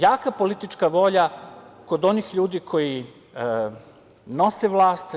Jaka politička volja kod onih ljudi koji nose vlast.